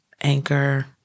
anchor